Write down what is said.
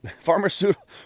Pharmaceutical